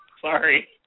sorry